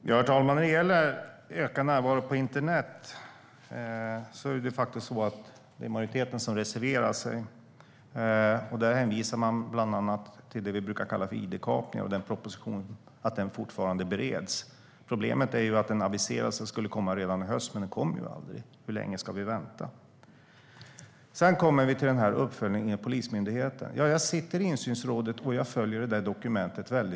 Herr talman! Majoriteten reserverar sig i frågan om ökad närvaro på internet. Där hänvisar man bland annat till det vi kallar id-kapningar och att den propositionen fortfarande bereds. Problemet är att den var aviserad till hösten, men den kom aldrig. Hur länge ska vi vänta? Sedan kommer vi till frågan om uppföljningen i Polismyndigheten. Jag sitter i insynsrådet, och jag följer dokumentet noga.